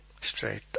straight